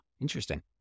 interesting